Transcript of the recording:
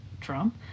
Trump